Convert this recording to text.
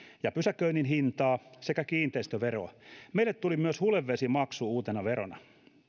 ja pysäköinnin hintaa sekä kiinteistöveroa meille tuli myös hulevesimaksu uutena verona